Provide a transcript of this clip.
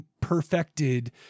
perfected